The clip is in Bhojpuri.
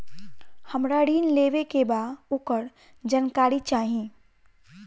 हमरा ऋण लेवे के बा वोकर जानकारी चाही